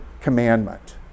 commandment